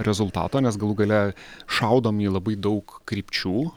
rezultato nes galų gale šaudom į labai daug krypčių